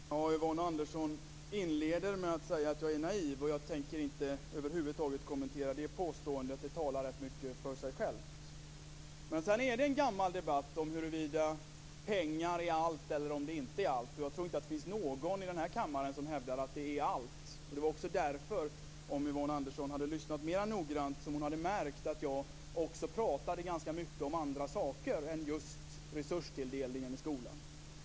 Fru talman! Yvonne Andersson inleder med att säga att jag är naiv. Jag tänker över huvud taget inte kommentera det påståendet. Det talar för sig självt. Det är en gammal debatt om huruvida pengar är allt eller inte. Det finns inte någon i den här kammaren som hävdar att det är allt. Om Yvonne Andersson hade lyssnat mera noga hade hon märkt att jag också pratade om andra saker än just resurstilldelningen i skolan.